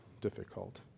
difficult